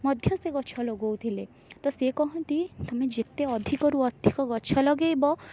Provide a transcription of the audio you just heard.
ମଧ୍ୟ ସେ ଗଛ ଲଗଉଥିଲେ ତ ସିଏ କହନ୍ତି ତମେ ଯେତେ ଅଧିକରୁ ଅଧିକ ଗଛ ଲଗାଇବ